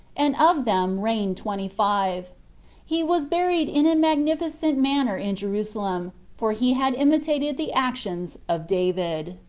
and of them reigned twenty-five. he was buried in a magnificent manner in jerusalem, for he had imitated the actions of david